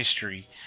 history